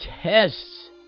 tests